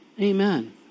Amen